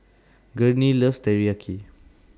Gurney loves Teriyaki